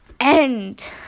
end